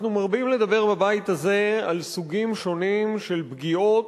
אנחנו מרבים לדבר בבית הזה על סוגים שונים של פגיעות,